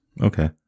Okay